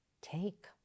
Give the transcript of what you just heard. take